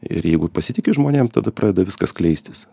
ir jeigu pasitiki žmonėm tada pradeda viskas skleistis